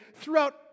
throughout